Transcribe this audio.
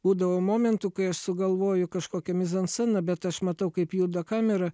būdavo momentų kai aš sugalvoju kažkokią mizansceną bet aš matau kaip juda kamera